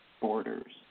borders